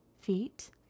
feet